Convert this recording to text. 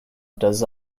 does